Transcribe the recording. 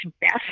best